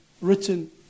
written